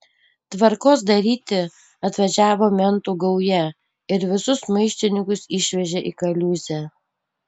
tvarkos daryti atvažiavo mentų gauja ir visus maištininkus išvežė į kaliūzę